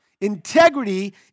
Integrity